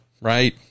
Right